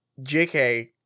jk